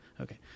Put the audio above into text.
okay